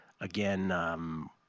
Again